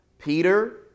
Peter